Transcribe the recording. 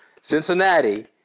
Cincinnati